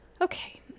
Okay